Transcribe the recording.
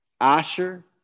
Asher